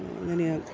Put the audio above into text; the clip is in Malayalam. അങ്ങനെയാണ്